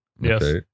Yes